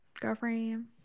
Girlfriend